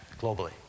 globally